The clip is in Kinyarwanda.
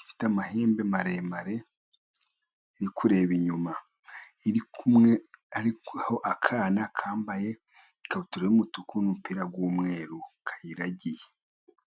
ifite amahembe maremare, iri kureba inyuma. Iri kumwe hariho akana kambaye ikabutura y'umutuku n'umupira w'umweru kayiragiye.